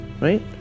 right